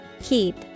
Keep